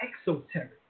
exoteric